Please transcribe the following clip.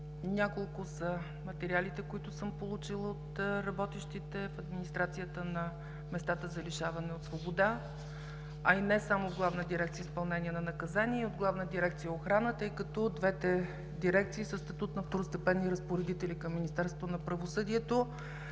няколко са материалите, които съм получила от работещите в администрацията на местата за лишаване от свобода, а и не само в Главна дирекция „Изпълнение на наказанията“, а и в Главна дирекция „Охрана“, тъй като двете дирекции са със статут на второстепенни разпоредители към Министерството на правосъдието